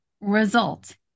result